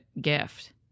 gift